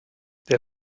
der